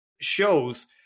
shows